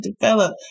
develop